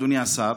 אדוני השר,